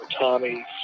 Tommy